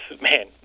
man